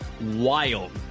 wild